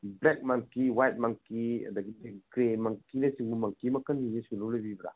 black ꯃꯪꯀꯤ white ꯃꯪꯀꯤ ꯑꯗꯒꯤꯗꯤ ꯒ꯭ꯔꯦ ꯃꯪꯀꯤꯅ ꯆꯤꯡꯕ ꯃꯪꯀꯤ ꯃꯈꯜꯁꯤꯡꯁꯦ ꯁꯨꯅꯕ ꯂꯩꯕꯤꯕ꯭ꯔꯥ